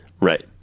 Right